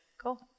Cool